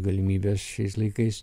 galimybės šiais laikais